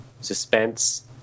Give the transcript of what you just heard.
suspense